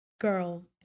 girl